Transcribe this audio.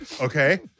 okay